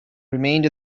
remained